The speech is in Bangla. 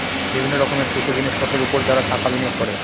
বিভিন্ন রকমের খুচরো জিনিসপত্রের উপর যারা টাকা বিনিয়োগ করে